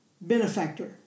Benefactor